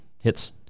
hits